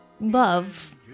love